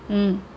mm